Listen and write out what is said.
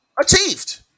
achieved